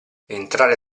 entrare